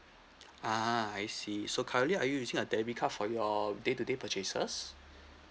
ah I see so currently are you using a debit card for your day to day purchases